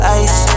ice